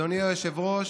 אדוני היושב-ראש,